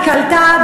הקליטה,